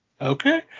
Okay